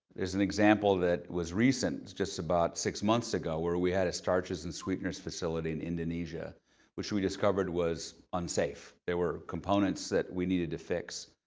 there's an example that was recent, just about six months ago, where we had a starches and sweeteners facility in indonesia which we discovered was unsafe. there were components that we needed to fix.